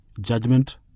judgment